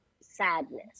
sadness